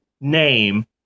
name